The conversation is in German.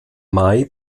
mai